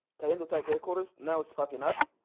kahindotech headquarters now it's popping up.